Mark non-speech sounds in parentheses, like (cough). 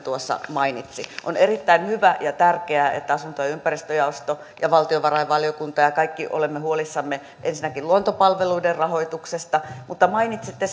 mainitsi on erittäin hyvä ja tärkeää että asunto ja ympäristöjaosto ja valtiovarainvaliokunta ja kaikki olemme huolissamme ensinnäkin luontopalveluiden rahoituksesta mutta mainitsitte (unintelligible)